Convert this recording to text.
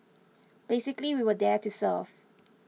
basically we were there to serve